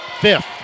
fifth